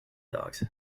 dogs